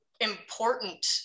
important